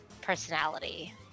personality